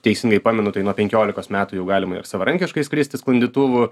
teisingai pamenu tai nuo penkiolikos metų jau galima ir savarankiškai skristi sklandytuvu